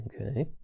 Okay